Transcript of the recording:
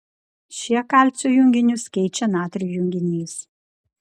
šie kalcio junginius keičia natrio junginiais